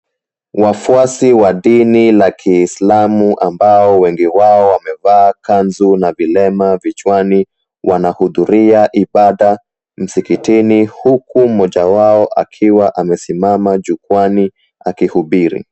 Wafuasi wa dini la kiislamu ambao wengi wao wamevaa kanzu na vilemba vichwani wanahudhuria ibada msikitini, huku mmoja wao akiwa amesimama jukwani akihubiri.